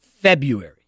February